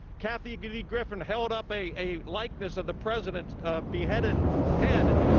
kathy kathy griffin held up a likeness of the president's beheaded head.